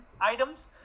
items